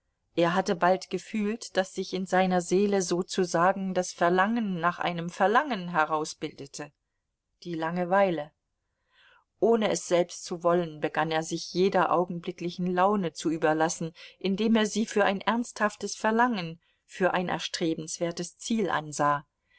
er hatte bald gefühlt daß sich in seiner seele sozusagen das verlangen nach einem verlangen herausbildete die langeweile ohne es selbst zu wollen begann er sich jeder augenblicklichen laune zu überlassen indem er sie für ein ernsthaftes verlangen für ein erstrebenswertes ziel ansah